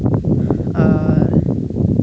ᱟᱨ